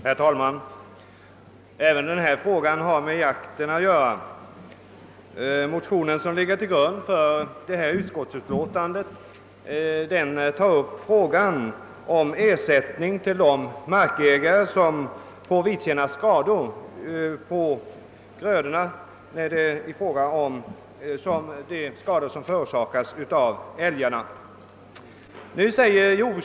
Herr talman! Även denna fråga har med jakt att göra. I den motion som ligger till grund för förevarande utlåtande behandlas frågan om ersättning till de markägare som får vidkännas skador på sina grödor förorsakade av älgar.